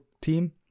team